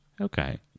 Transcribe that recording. Okay